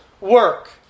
work